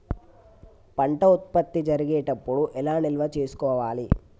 పంట ఉత్పత్తి జరిగేటప్పుడు ఎలా నిల్వ చేసుకోవాలి?